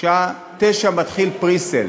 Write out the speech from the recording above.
שעה 09:00, מתחילה pre-sale,